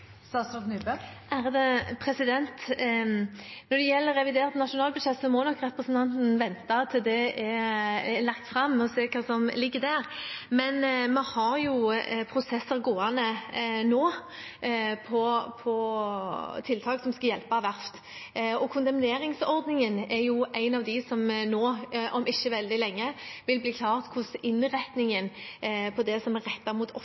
Når det gjelder revidert nasjonalbudsjett, må nok representanten Pollestad vente til det er lagt fram, og se hva som ligger der. Men vi har prosesser gående nå på tiltak som skal hjelpe verft. Kondemneringsordningen er en av dem hvor det om ikke veldig lenge vil bli klart hvordan innretningen på det som er rettet mot